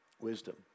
wisdom